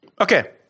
Okay